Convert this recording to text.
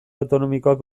autonomikoak